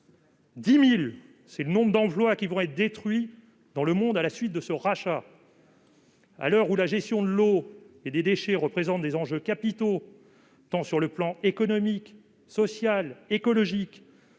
10 000 emplois vont être détruits dans le monde à la suite de ce rachat. À l'heure où la gestion de l'eau et des déchets représente des enjeux capitaux sur les plans économique, social et écologique,